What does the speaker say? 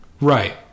Right